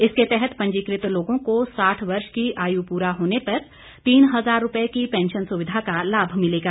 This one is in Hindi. इसके तहत पंजीकृत लोगों को साठ वर्ष की आयु पूरा होने पर तीन हजार रुपए की पैंशन सुविधा का लाम मिलेगा